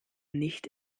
nicht